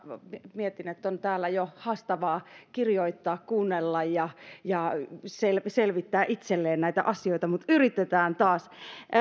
mietin että on täällä jo haastavaa kirjoittaa kuunnella ja ja selvittää itselleen näitä asioita mutta yritetään taas